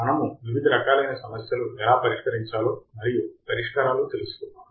మనము వివిధ రకాలైన సమస్యలు ఎలా పరిష్కరించాలో మరియు పరిష్కారాలు తెలుసుకున్నాము